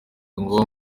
ngo